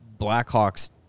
Blackhawks